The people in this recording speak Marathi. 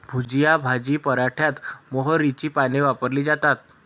भुजिया भाजी पराठ्यात मोहरीची पाने वापरली जातात